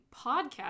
podcast